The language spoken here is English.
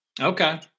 Okay